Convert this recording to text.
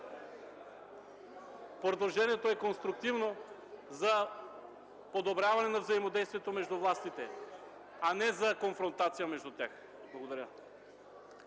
Предложението е конструктивно – за подобряване на взаимодействието между властите, а не за конфронтация между тях. Благодаря.